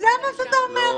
זה מה שאתה אומר.